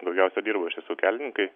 daugiausia dirba iš tiesų kelininkai